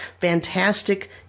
fantastic